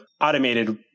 automated